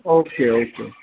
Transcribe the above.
okay okay